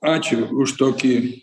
ačiū už tokį